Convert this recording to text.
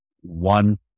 one